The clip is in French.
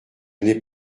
n’ai